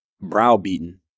browbeaten